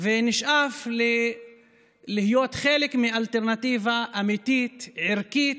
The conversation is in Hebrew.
ונשאף להיות חלק מאלטרנטיבה אמיתית, ערכית,